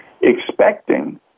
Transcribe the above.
expecting